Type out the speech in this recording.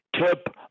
tip